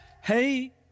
hey